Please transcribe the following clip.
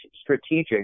strategic